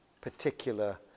particular